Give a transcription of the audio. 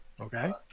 Okay